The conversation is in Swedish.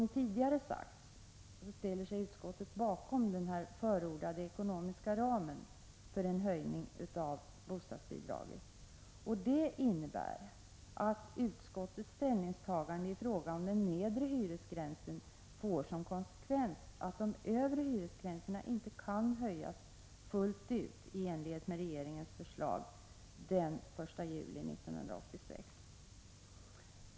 Som tidigare sagts ställer sig utskottet bakom den förordade ekonomiska ramen för en höjning av bostadsbidraget. Det innebär att utskottets ställningstagande i fråga om den nedre hyresgränsen får som konsekvens att de övre hyresgränserna inte kan höjas fullt ut i enlighet med regeringens förslag den 1 juli 1986.